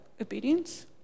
obedience